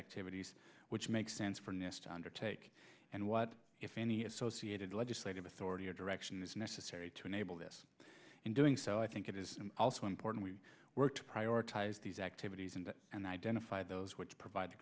activities which make sense for us to undertake and what if any associated legislative authority or direction is necessary to enable this in doing so i think it is also important we work to prioritize these activities and and identify those which provide the